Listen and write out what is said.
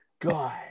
God